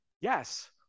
yes